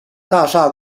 大厦